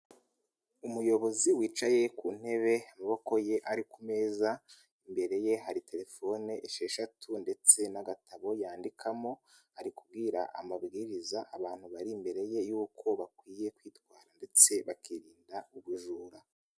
Umuyobozi wicaye ku ntebe amaboko ye ari ku meza, imbere ye hari telefone esheshatu ndetse n'agatabo yandikamo, ari kubwira amabwiriza abantu bari imbere ye y'uko bakwiye kwitwara ndetse bakirinda ubujura.